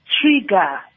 trigger